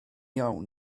iawn